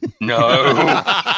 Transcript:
No